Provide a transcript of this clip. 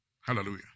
Hallelujah